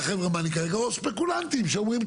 חברמנים כרגע או ספקולנטים שאומרים,